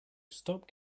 stop